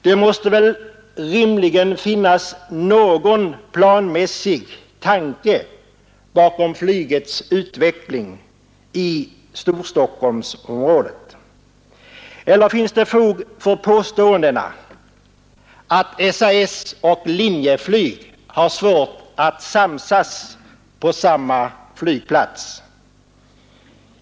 Det måste väl rimligen ligga någon planmässig tanke bakom flygets utveckling i Storstockholmsområdet, eller finns det fog för påståendena att SAS och Linjeflyg har svårt att samsas på samma flygplats?